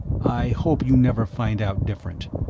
i hope you never find out different.